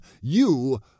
You